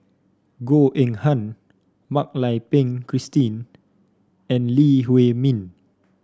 Goh Eng Han Mak Lai Peng Christine and Lee Huei Min